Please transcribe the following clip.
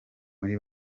muri